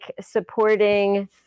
supporting